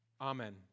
Amen